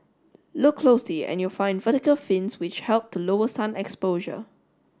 look closely and you'll find vertical fins which help to lower sun exposure